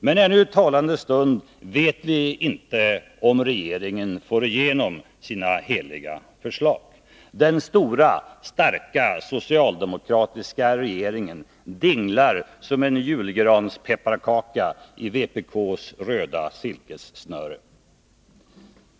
Men ännu i talande stund vet vi inte om regeringen får igenom sina heliga förslag. Den stora, starka, socialdemokratiska regeringen dinglar som en julgranspepparkaka i vpk:s röda silkessnöre.